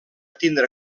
tindre